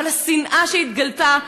אבל השנאה שהתגלתה,